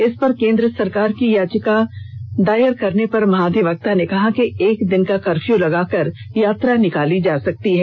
इस पर केंद्र सरकार की याचिका दायर पर महाधिवक्ता ने कहा कि एक दिन का कर्फ्यू लगाकर यात्रा निकाली जा सकती है